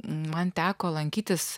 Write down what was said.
man teko lankytis